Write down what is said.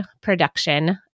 production